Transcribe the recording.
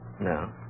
No